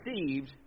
received